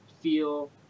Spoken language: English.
feel